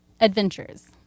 adventures